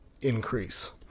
increase